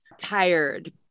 tired